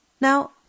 Now